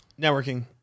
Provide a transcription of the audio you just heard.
Networking